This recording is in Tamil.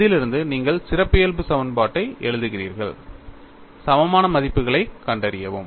அதிலிருந்து நீங்கள் சிறப்பியல்பு சமன்பாட்டை எழுதுகிறீர்கள் சமமான மதிப்புகளைக் கண்டறியவும்